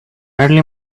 early